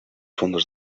fondos